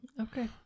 Okay